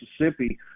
Mississippi